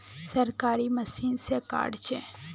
सरकारी मशीन से कार्ड छै?